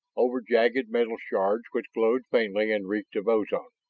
over jagged metal shards which glowed faintly and reeked of ozone.